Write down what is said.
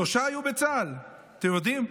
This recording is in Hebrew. שלושה היו בצה"ל, אתם יודעים?